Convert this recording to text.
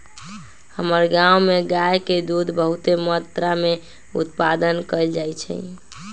हमर गांव में गाय के दूध बहुते मत्रा में उत्पादन कएल जाइ छइ